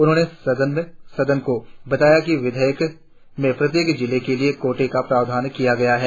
उन्होंने सदन को बताया कि विधेयक में प्रत्येक जिले के लिए कोटे का प्रावधान किया गया है